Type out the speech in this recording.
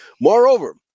Moreover